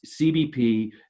CBP